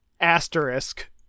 asterisk